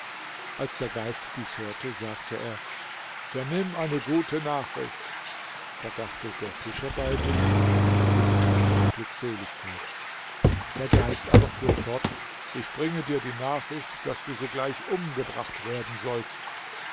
als der geist dies hörte sagte er vernimm eine gute nachricht da dachte der fischer bei sich o tag der glückseligkeit der geist aber fuhr fort ich bringe dir die nachricht daß du sogleich umgebracht werden sollst